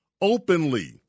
openly